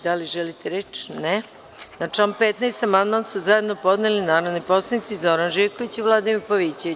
Da li neko želi reč? (Ne.) Na član 15. amandman su zajedno podneli narodni poslanici Zoran Živković i Vladimir Pavićević.